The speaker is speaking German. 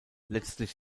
letztlich